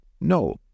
No